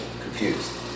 confused